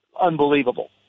unbelievable